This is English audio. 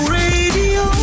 radio